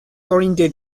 oriented